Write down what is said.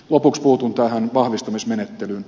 lopuksi puutun tähän vahvistamismenettelyyn